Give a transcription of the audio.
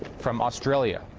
from australia,